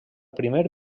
primer